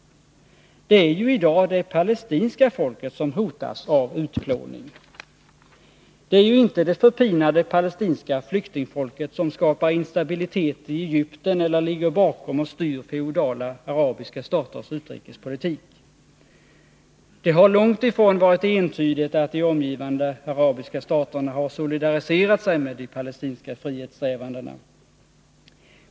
Det är ju i dag det palestinska folket som hotas av utplåning. Det är ju inte det förpinade palestinska flyktingfolket som skapar instabilitet i Egypten eller ligger bakom och styr feodala arabiska staters utrikespolitik. Det har långt ifrån varit entydigt att de omgivande arabiska staterna har solidariserat sig med de palestinska frihetssträvandena.